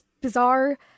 bizarre